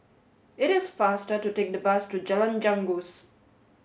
it is faster to take the bus to Jalan Janggus